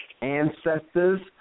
ancestors